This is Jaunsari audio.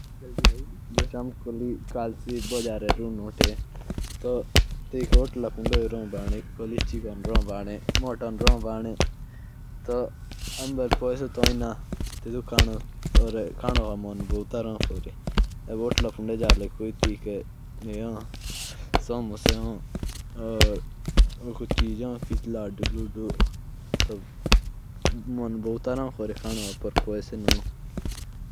जब हम बजार जाते हैं तो हमें होटल में तो खाना बिल्कुल चटपटा होता है। पर हमारे पास खाने के लिए पैसे ना होने पर हम उसे खा नहीं पाते।